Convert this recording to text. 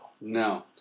No